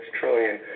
trillion